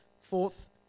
fourth